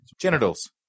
Genitals